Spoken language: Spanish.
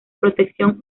protección